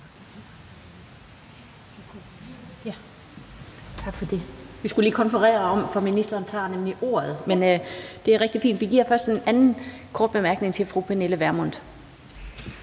Vi skulle lige konferere, for ministeren tager nemlig ordet. Først giver vi den anden korte bemærkning til fru Pernille Vermund.